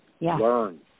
learn